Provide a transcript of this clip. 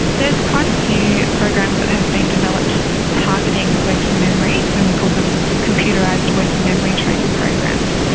there's quite a few programs that have been developed targeting working memory, so we call them computerised working memory training programs.